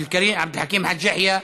עבד חכים חאג' יחיא,